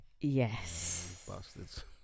yes